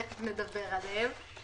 תכף נדבר עליהם.